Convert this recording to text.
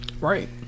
Right